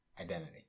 identity